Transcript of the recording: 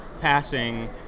passing